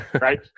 Right